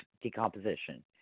decomposition